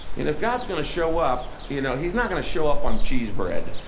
if god's going to show up, you know he's not going to show up on cheese bread.